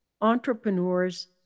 entrepreneurs